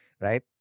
right